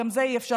גם זה אי-אפשר,